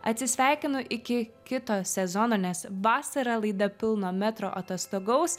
atsisveikinu iki kito sezono nes vasarą laida pilno metro atostogaus